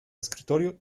escritorio